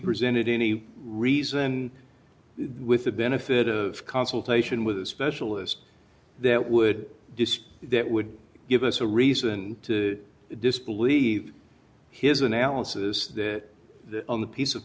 presented any reason with the benefit of consultation with the specialist that would just that would give us a reason to disbelieve his analysis on the piece of